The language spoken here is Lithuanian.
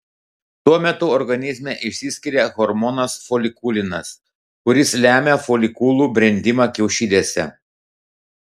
tuo metu organizme išsiskiria hormonas folikulinas kuris lemia folikulų brendimą kiaušidėse